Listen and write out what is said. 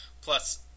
Plus